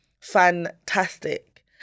fantastic